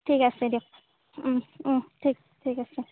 ঠিক আছে দিয়ক ঠিক ঠিক আছে